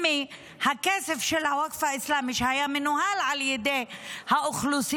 אם הכסף של הווקף האסלאמי היה מנוהל על ידי האוכלוסייה,